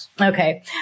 Okay